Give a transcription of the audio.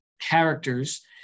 characters